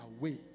away